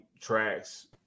tracks